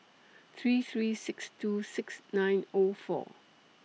three three six two six nine O four